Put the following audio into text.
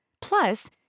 Plus